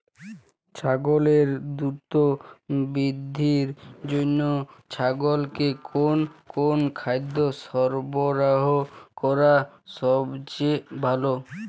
ছাগলের দ্রুত বৃদ্ধির জন্য ছাগলকে কোন কোন খাদ্য সরবরাহ করা সবচেয়ে ভালো?